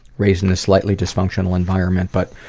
raised in a slightly dysfunctional environment but,